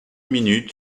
minute